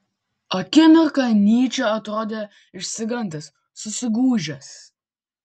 akimirką nyčė atrodė išsigandęs susigūžęs